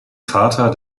vater